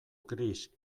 gris